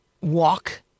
walk